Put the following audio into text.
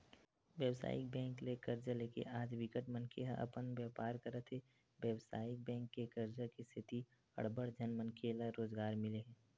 बेवसायिक बेंक ले करजा लेके आज बिकट मनखे ह अपन बेपार करत हे बेवसायिक बेंक के करजा के सेती अड़बड़ झन मनखे ल रोजगार मिले हे